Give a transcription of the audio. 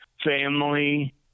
family